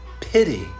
pity